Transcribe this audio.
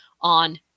on